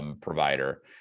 provider